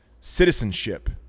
Citizenship